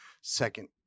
Second